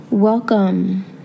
welcome